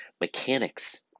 mechanics